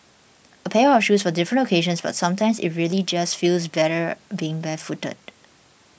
a pair of shoes for different occasions but sometimes it really just feels better being barefooted